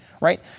right